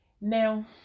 Now